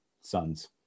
son's